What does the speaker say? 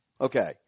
Okay